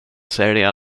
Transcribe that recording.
sälja